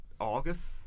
August